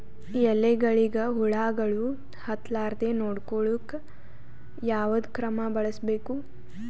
ಎಲೆಗಳಿಗ ಹುಳಾಗಳು ಹತಲಾರದೆ ನೊಡಕೊಳುಕ ಯಾವದ ಕ್ರಮ ಬಳಸಬೇಕು?